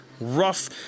rough